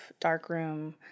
darkroom